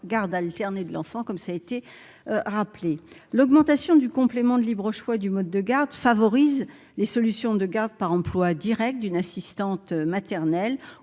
garde alternée de l'enfant, comme ça a été rappelé l'augmentation du complément de libre choix du mode de garde favorisent les solutions de garde par emplois Directs d'une assistante maternelle